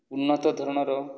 ଉନ୍ନତ ଧରଣର